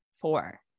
four